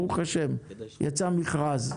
ברוך ה', יצא מכרז,